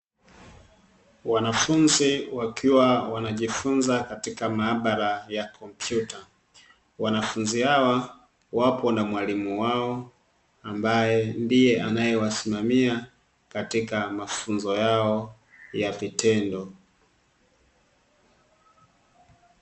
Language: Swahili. Wanafunzi wakiwa wanajifunza katika maabara ya kompyuta, wanafunzi hawa wapo na mwalimu wao ambaye ndiye anayewasimamia katika mafunzo yao ya vitendo.